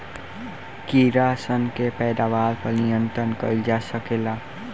कीड़ा सन के पैदावार पर नियंत्रण कईल जा सकेला